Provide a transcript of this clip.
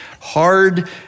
Hard